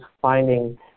finding